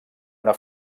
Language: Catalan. una